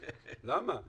למה?